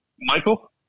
Michael